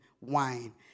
wine